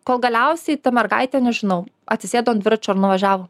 kol galiausiai ta mergaitė nežinau atsisėdo ant dviračio ir nuvažiavo